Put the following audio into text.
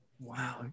wow